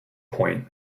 point